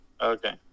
Okay